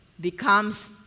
becomes